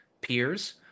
peers